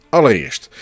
Allereerst